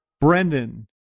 Brendan